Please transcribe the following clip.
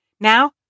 Now